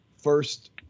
first